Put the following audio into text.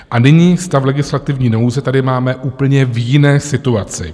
A nyní stav legislativní nouze tady máme úplně v jiné situaci.